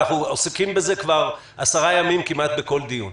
אנחנו עסוקים בזה כבר עשרה ימים כמעט בכל דיון.